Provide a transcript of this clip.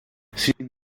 sin